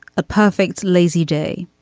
a perfect, lazy day,